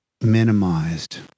minimized